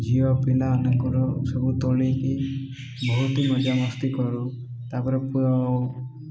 ଝିଅ ପିଲା ମାନଙ୍କର ସବୁ ତୋଳିକି ବହୁତ ମଜାମସ୍ତି କରୁ ତାପରେ